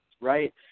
right